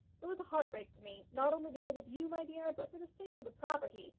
it was a heartbreak to me, not only because of you, my dear, but for the sake of the property,